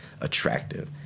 attractive